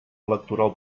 electoral